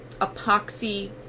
epoxy